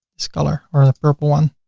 this color or the purple one